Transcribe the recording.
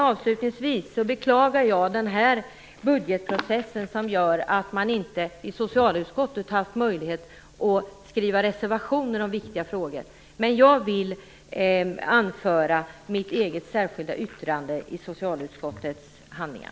Avslutningsvis beklagar jag denna budgetprocess som gör att man inte i socialutskottet har haft möjlighet att skriva reservationer om viktiga frågor. Men jag vill anföra mitt eget särskilda yttrande i socialutskottets handlingar.